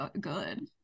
good